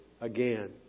again